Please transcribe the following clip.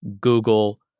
Google